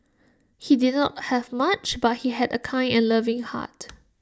he did not have much but he had A kind and loving heart